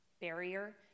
barrier